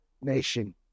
nation